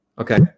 Okay